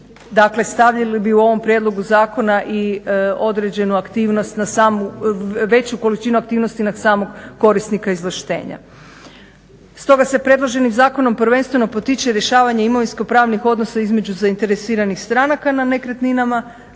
Dakle, stavili bi u ovom prijedlogu zakona i određenu aktivnost na samu, veću količinu aktivnosti na samog korisnika izvlaštenja. Stoga se predloženim zakonom prvenstveno potiče rješavanje imovinsko-pravnih odnosa između zainteresiranih stranaka na nekretninama